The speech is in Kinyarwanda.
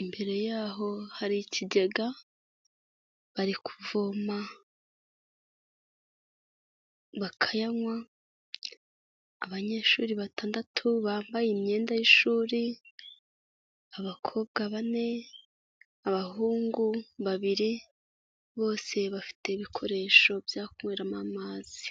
imbere yaho hari ikigega, bari kuvoma bakayanywa, abanyeshuri batandatu bambaye imyenda y'ishuri, abakobwa bane, abahungu babiri, bose bafite ibikoresho byo kunyweramo amazi.